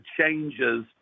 changes